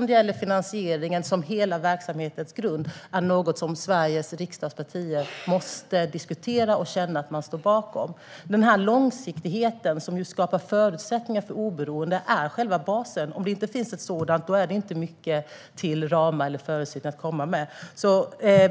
såväl finansieringen som hela verksamhetens grund, någonting som riksdagens partier måste diskutera och känna att de står bakom. Denna långsiktighet som skapar förutsättningar för oberoende är själva basen. Om ett sådant inte finns är det inte mycket till ramar eller förutsättningar.